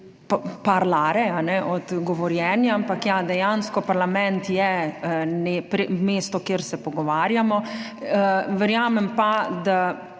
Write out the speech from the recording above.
parlare, od govorjenja, ampak, ja, dejansko parlament je mesto, kjer se pogovarjamo. Verjamem pa, da